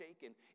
shaken